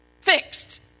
fixed